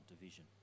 division